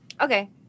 Okay